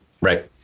Right